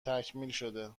تکمیلشده